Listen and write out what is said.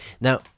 Now